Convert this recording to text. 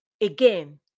again